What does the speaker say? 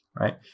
right